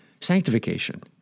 sanctification